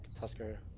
Tusker